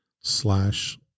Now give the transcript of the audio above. slash